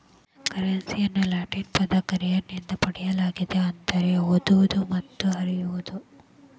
ಕರೆನ್ಸಿಯನ್ನು ಲ್ಯಾಟಿನ್ ಪದ ಕರ್ರೆರೆ ನಿಂದ ಪಡೆಯಲಾಗಿದೆ ಅಂದರೆ ಓಡುವುದು ಅಥವಾ ಹರಿಯುವುದು